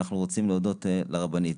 אנחנו רוצים להודות לרבנית,